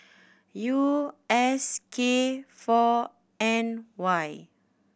U S K four N Y